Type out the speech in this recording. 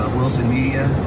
ah willson media.